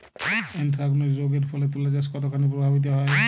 Anthracnose রোগ এর ফলে তুলাচাষ কতখানি প্রভাবিত হয়?